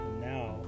now